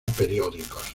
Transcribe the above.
periódicos